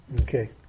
Okay